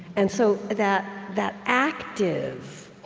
and so, that that active